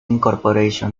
inc